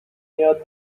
یاد